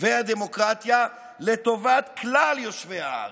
והדמוקרטיה לטובת כלל יושבי הארץ.